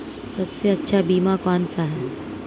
सबसे अच्छा बीमा कौन सा है?